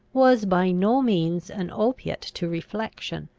was by no means an opiate to reflection.